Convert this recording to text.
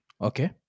Okay